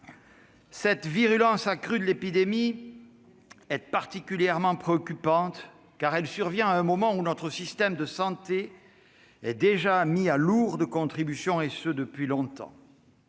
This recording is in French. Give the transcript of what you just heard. Cette virulence accrue de l'épidémie est particulièrement préoccupante, car elle survient à un moment où notre système de santé est déjà mis à lourde contribution, et ce depuis longtemps.